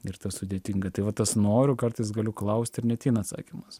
ir tas sudėtinga tai va tas noriu kartais galiu klaust ir neateina atsakymas